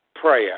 prayer